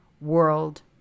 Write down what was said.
world